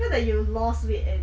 I feel that you lost weight